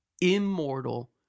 immortal